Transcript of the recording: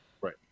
Right